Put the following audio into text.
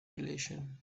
relation